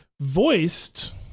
voiced